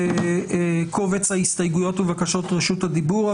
בקובץ ההסתייגויות ובקשות רשות הדיבור.